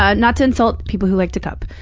ah not to insult people who like to cup.